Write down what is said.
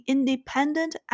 Independent